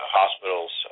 hospitals